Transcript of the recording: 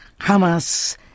Hamas